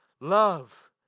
love